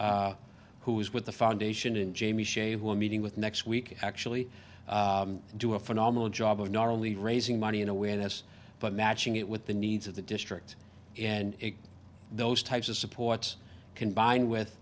who is with the foundation and jamie shea will meeting with next week actually do a phenomenal job of not only raising money and awareness but matching it with the needs of the district and those types of supports combined with